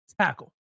tackle